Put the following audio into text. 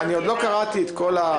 אני עוד לא קראתי את כל ההצעה.